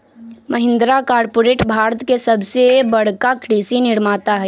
Mahindra corporate Bharat के सबसे बड़का कृषि निर्माता हई